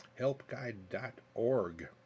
helpguide.org